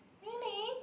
really